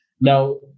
Now